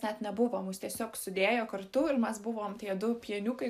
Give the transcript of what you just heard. net nebuvo mus tiesiog sudėjo kartu ir mas buvom tie du pieniukai